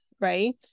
right